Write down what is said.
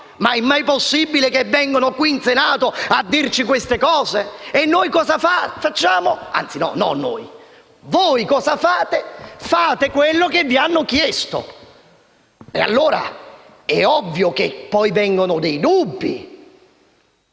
È mai possibile che vengano qui in Senato a dirci queste cose? E noi cosa facciamo? Anzi, non noi, ma voi cosa fate? Fate quello che vi hanno chiesto! È ovvio che poi vengono dei dubbi,